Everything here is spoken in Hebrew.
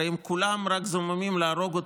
הרי אם כולם רק זוממים להרוג אותי,